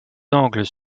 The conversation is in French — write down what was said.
angles